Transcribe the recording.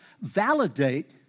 validate